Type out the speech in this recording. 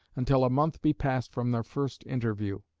until a month be past from their first interview.